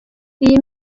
iyi